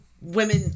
women